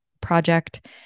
project